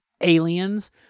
aliens